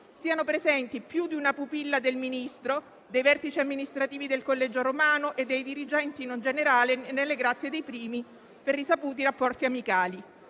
siano presenti più di una pupilla del Ministro, dei vertici amministrativi del Collegio romano e dei dirigenti non generali nelle grazie dei primi per risaputi rapporti amicali.